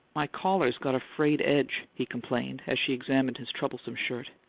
my collar's got a frayed edge, he complained, as she examined his troublesome shirt.